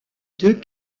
deux